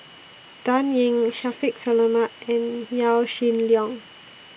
Dan Ying Shaffiq Selamat and Yaw Shin Leong